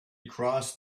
crossed